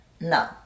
No